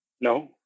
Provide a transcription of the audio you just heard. No